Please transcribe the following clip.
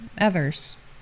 others